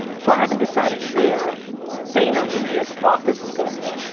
so i haven't decided where vaynermedia's office is gonna be,